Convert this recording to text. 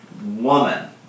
woman